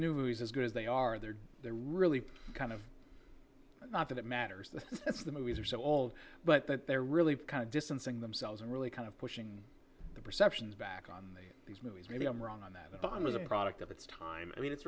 is as good as they are they're they're really kind of not that it matters that it's the movies are so old but that they're really kind of distancing themselves and really kind of pushing the perceptions back on these movies maybe i'm wrong on that but i'm as a product of its time i mean it's